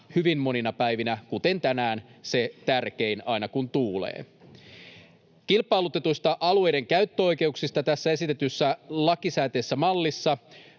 hyvin monina päivinä, kuten tänään, se tärkein, aina kun tuulee. Kilpailutetuista alueidenkäyttöoikeuksista tässä esitetyssä lakisääteisessä mallissa